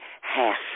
half